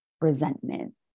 resentment